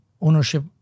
ownership